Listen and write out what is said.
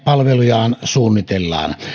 palvelujaan suunnitellaan